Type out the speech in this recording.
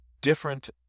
different